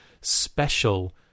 special